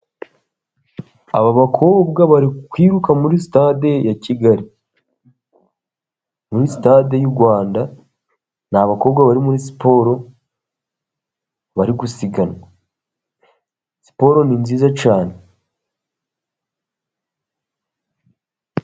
Aba bakobwa bari kwiruka muri sitade ya Kigali. Muri sitade y'u Rwanda, ni abakobwa bari muri siporo bari gusiganwa. Siporo ni nziza cyane.